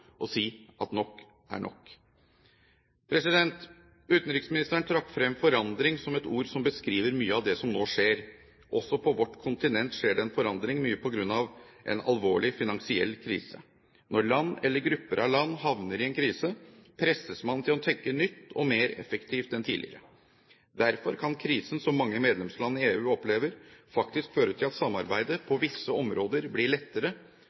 og si at nok er nok? Utenriksministeren trakk frem «forandringer» som et ord som beskriver mye av det som nå skjer. Også på vårt kontinent skjer det forandringer, mye på grunn av en alvorlig finansiell krise. Når land eller grupper av land havner i en krise, presses man til å tenke nytt og mer effektivt enn tidligere. Derfor kan krisen som mange medlemsland i EU opplever, faktisk føre til at samarbeidet på visse områder blir lettere;